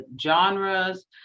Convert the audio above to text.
genres